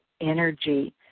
energy